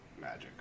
magic